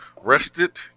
Rested